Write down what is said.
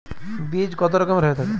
বীজ কত রকমের হয়ে থাকে?